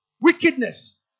wickedness